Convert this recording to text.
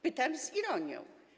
Pytam z ironią.